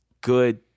good